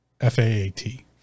F-A-A-T